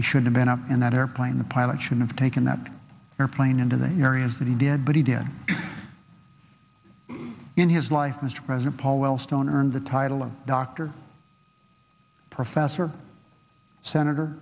he should have been up and that airplane the pilot should have taken that airplane into the area and he did but he did in his life mr president paul wellstone earned the title of doctor professor senator